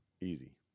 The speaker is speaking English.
Easy